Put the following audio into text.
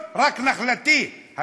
והחומר הסודי הופך להיות רק נחלתי.